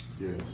Yes